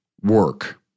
work